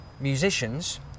Musicians